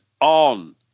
on